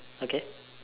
again